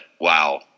wow